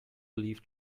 belief